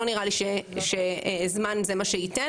לא נראה לי שזמן זה מה שייתן,